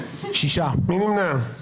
מי נמנע?